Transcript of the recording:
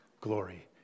glory